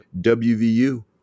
WVU